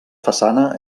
façana